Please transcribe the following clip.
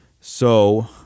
so-